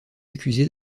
accusé